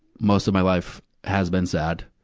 most of my life has been sad.